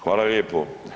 Hvala lijepo.